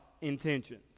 Intentions